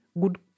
good